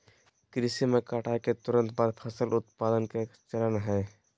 कृषि में कटाई के तुरंत बाद फसल उत्पादन के चरण हइ